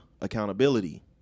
accountability